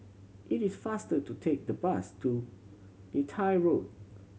it is faster to take the bus to Neythai Road